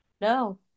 No